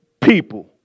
people